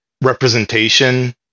representation